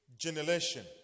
generation